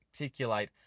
articulate